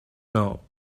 know